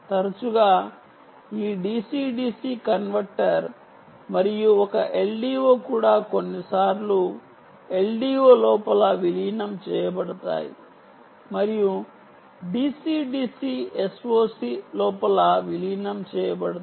తరచుగా ఈ DCDC converter మరియు ఒక LDO కూడా కొన్నిసార్లు LDO లోపల విలీనం చేయబడతాయి మరియు DCDC SOC లోపల విలీనం చేయబడతాయి